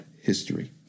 history